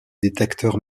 détecteur